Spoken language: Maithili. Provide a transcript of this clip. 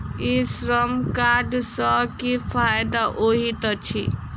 ई श्रम कार्ड सँ की फायदा होइत अछि?